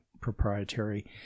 proprietary